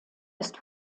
ist